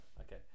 Okay